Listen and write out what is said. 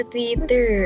Twitter